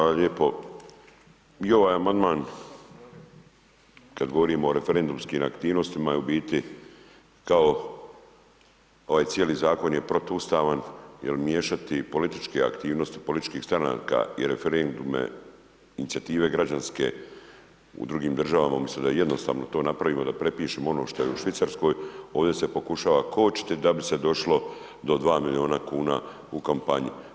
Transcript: Hvala lijepo i ovaj amandman kad govorimo o referendumskim aktivnostima je u biti kao ovaj cijeli zakon je protuustavan jer miješati političke aktivnosti, političkih stranaka i referendume inicijative građanske u drugim državama umjesto da jednostavno to napravimo da prepišemo ono što je Švicarskoj ovdje se pokušava kočiti da bi se došlo do 2 milijuna kuna u kampanji.